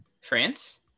France